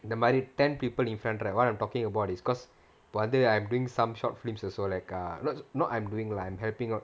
இந்த மாரி:intha maari ten people in front right what I'm talking about is because இப்போ வந்து:ippo vanthu I'm doing some short filsm also like err not not I'm doing lah I'm helping out